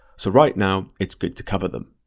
so right now, it's good to cover them.